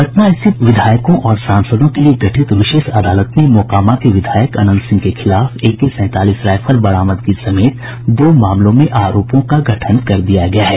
पटना स्थित विधायकों और सांसदों के लिए गठित विशेष अदालत में मोकामा के विधायक अनंत सिंह के खिलाफ ए के सैंतालीस राइफल बरामदगी समेत दो मामलों में आरोप का गठन कर दिया गया है